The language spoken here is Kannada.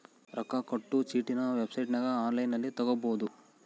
ರೊಕ್ಕ ಕಟ್ಟೊ ಚೀಟಿನ ವೆಬ್ಸೈಟನಗ ಒನ್ಲೈನ್ನಲ್ಲಿ ತಗಬೊದು